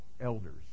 elders